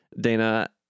Dana